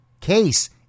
case